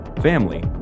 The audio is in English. family